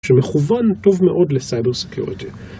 שמכוון טוב מאוד לסייבר סקיורטיה